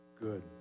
Good